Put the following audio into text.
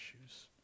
issues